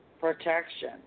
protection